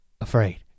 afraid